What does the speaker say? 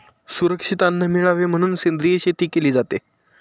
सुरक्षित अन्न मिळावे म्हणून सेंद्रिय शेती केली जाते